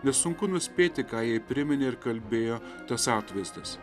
nesunku nuspėti ką jai priminė ir kalbėjo tas atvaizdas